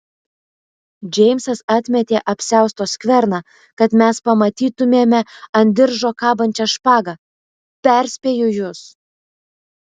džeimsas atmetė apsiausto skverną kad mes pamatytumėme ant diržo kabančią špagą perspėju jus